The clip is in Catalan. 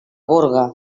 gorga